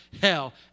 hell